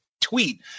tweet